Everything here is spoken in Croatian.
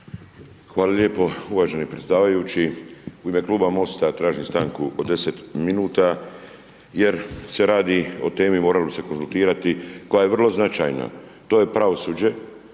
Hvala lijepo uvaženi predsjedavajući. U ime Kluba MOST-a tražim stanku od 10 minuta, jer se radi o temi, morali bi se konzultirati, koja je vrlo značajna, to je pravosuđe.